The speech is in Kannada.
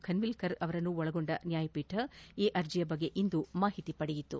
ಖನ್ವಿಲ್ಕರ್ ಅವರನ್ನು ಒಳಗೊಂದ ನ್ಯಾಯಪೀಠ ಈ ಅರ್ಜಿಯ ಬಗ್ಗೆ ಇಂದು ಮಾಹಿತಿ ಪಡೆಯಿತು